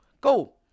Go